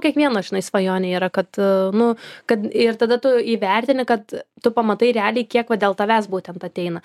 kiekvieno žinai svajonė yra kad nu kad ir tada tu įvertini kad tu pamatai realiai kiek va dėl tavęs būtent ateina